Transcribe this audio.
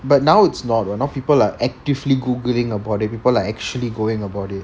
but now it's not you know people are actively googling about it people are actually going about it